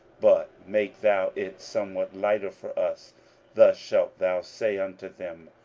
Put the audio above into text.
but make thou it somewhat lighter for us thus shalt thou say unto them,